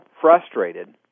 frustrated